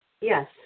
Yes